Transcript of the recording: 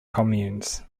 communes